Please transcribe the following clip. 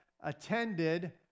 attended